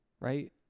right